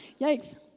yikes